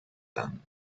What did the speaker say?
them